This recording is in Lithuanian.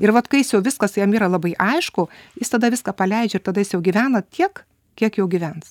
ir vat kai jis jau viskas jam yra labai aišku jis tada viską paleidžia ir tada jis jau gyvena tiek kiek jau gyvens